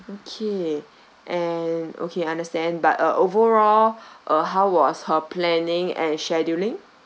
okay and okay understand but uh overall uh how was her planning and scheduling